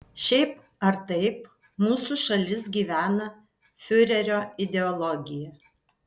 šiaip ar taip mūsų šalis gyvena fiurerio ideologija